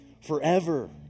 Forever